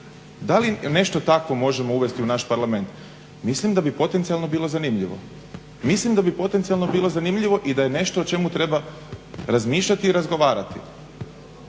Da li nešto takvo možemo uvesti u naš Parlament? Mislim da bi potencijalno bilo zanimljivo i da je nešto o čemu treba razmišljati i razgovarati,